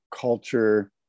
culture